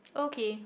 okay